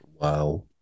Wow